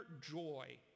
joy